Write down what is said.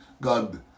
God